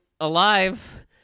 alive